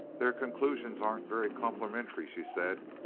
their conclusions aren't very complimentary, she said.